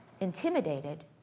intimidated